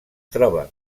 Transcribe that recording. troba